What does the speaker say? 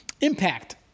impact